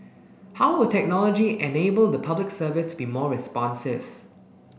how will technology enable the Public Service to be more responsive